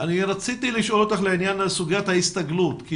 רציתי לשאול אותך לעניין סוגית ההסתגלות כי